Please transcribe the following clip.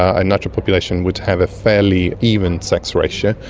a natural population would have a fairly even sex ratio.